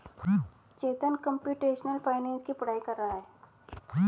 चेतन computational finance की पढ़ाई कर रहा है